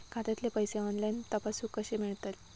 खात्यातले पैसे ऑनलाइन तपासुक कशे मेलतत?